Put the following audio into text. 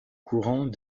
courant